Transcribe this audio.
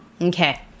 okay